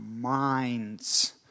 minds